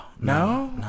No